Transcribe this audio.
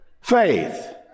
faith